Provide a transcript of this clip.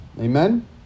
Amen